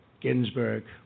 Ginsburg